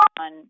on